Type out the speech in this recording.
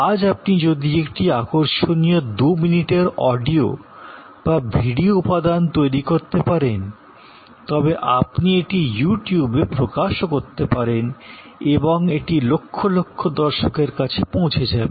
আজ আপনি যদি একটি আকর্ষণীয় 2 মিনিটের অডিও বা ভিডিও উপাদান তৈরি করতে পারেন তবে আপনি এটি ইউটিউবে প্রকাশ করতে পারেন এবং এটি লক্ষ লক্ষ দর্শকের কাছে পৌঁছে যাবে